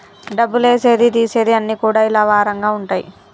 డబ్బులు ఏసేది తీసేది అన్ని కూడా ఇలా వారంగా ఉంటయి